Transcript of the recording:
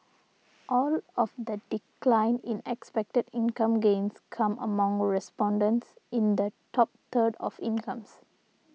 all of the decline in expected income gains come among respondents in the top third of incomes